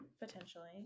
potentially